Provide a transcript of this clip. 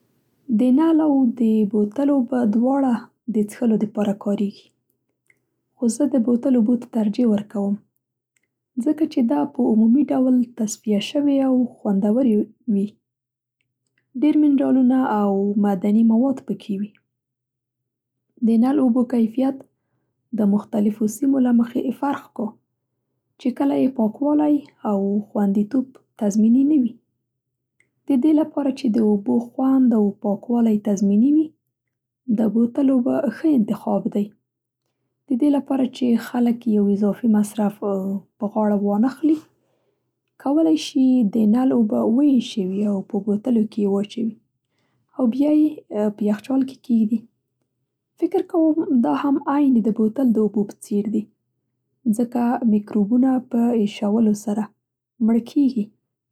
د نل او د بوتل اوبه دواړه د څښلو د پاره کارېږي. خو زه د بوتل اوبو ته ترجیح ورکوم، ځکه چې دا په عمومي ډول تصفیه شوې او خوندورې وي. ډېر منرالونه او معدني مواد په کې وي. د نل اوبو کیفیت د مختلفو سیمو له مخې فرق کا، چې کله یې پاکوالی او خوندیتوب تضمیني نه وي. د دې لپاره چې د اوبو خوند او پالکوالی تضمیني وي، د بوتل اوبه ښه انتخاب دی. د دې لپاره چې خلک یو اضافي مصرف په غاړه وانخلي کولی شي د نل اوبه واېشوي او په بوتلو کې یې واچوي او بیا یې په يخچال کې کېږدي. فکر کوم دا هم عین د بوتل د اوبو په څېر دي، ځکه مېکروبونه په اېشولو سره مړه کېږي.